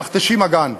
"מכתשים אגן"